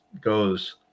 goes